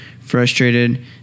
frustrated